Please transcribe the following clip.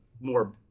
more